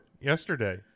yesterday